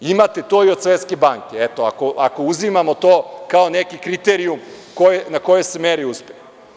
Imate to i od Svetske banke, eto, ako uzimamo to, kao neki kriterijum na koji se meri uspeh.